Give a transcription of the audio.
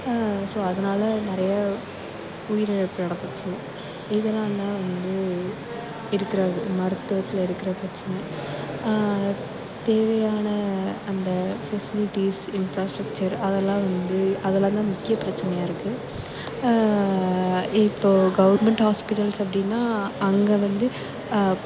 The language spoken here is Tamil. ஸோ அதனால் நிறைய உயிரிழப்பு நடந்துச்சு இதெல்லாம் தான் வந்து இருக்கிற மருத்துவத்தில் இருக்கிற பிரச்சனை தேவையான அந்த ஃபெசிலிட்டிஸ் இன்ஃப்ராஸ்டெக்சர் அதெல்லாம் வந்து அதெல்லாந்தான் முக்கிய பிரச்சனையாக இருக்குது இப்போது கவுர்மெண்ட் ஹாஸ்பிட்டல்ஸ் அப்படின்னா அங்கே வந்து